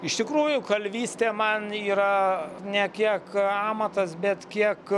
iš tikrųjų kalvystė man yra ne kiek amatas bet kiek